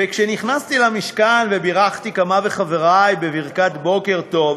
וכשנכנסתי למשכן ובירכתי כמה מחברי בברכת בוקר טוב,